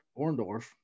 Orndorff